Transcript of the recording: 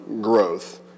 growth